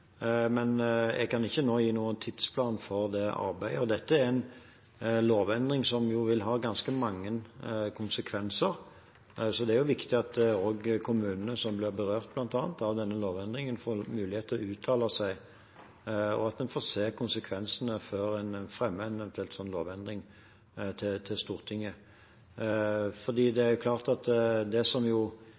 men jeg kan ikke nå gi noen tidsplan for det arbeidet. Dette er en lovendring som vil ha ganske mange konsekvenser, så det er viktig at også kommunene som blir berørt bl.a. av denne lovendringen, får mulighet til å uttale seg, og at en får se konsekvensene før en eventuelt fremmer en sånn lovendring til Stortinget. For det er klart at det som